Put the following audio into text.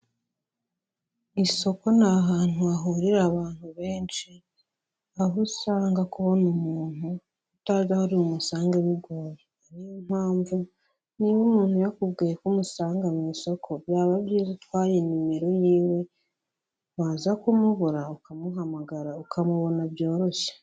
Isoko ni ahantu hahurira abantu benshi, aho usanga kubona umuntu utazi aho uri bumusange bigoye, niyo mpamvu niba umuntu yakubwiye ko umusanga mu isoko, byaba byiza utwaye nimero yiwe, waza kumubura ukamuhamagara, ukamubona byoroshye.